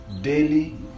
daily